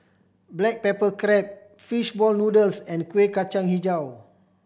black pepper crab fish ball noodles and Kuih Kacang Hijau